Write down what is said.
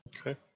Okay